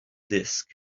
disk